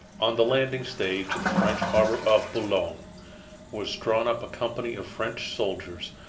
on the landing stage at the french harbor of boulogne was drawn up a company of french soldiers,